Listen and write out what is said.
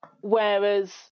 Whereas